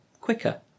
quicker